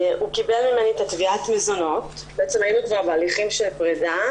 הוא קיבל ממני את תביעת המזונות בעצם היינו כבר בהליכים של פרידה